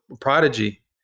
prodigy